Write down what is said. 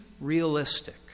realistic